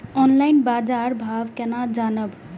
Online बाजार भाव केना जानब?